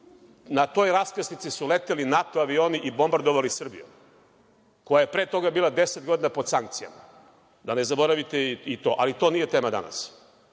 na toj raskrsnici su leteli NATO avioni i bombardovali Srbiju, koja je pre toga bila 10 godina pod sankcijama, da ne zaboravite i to, ali to nije tema danas. Tema